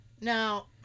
now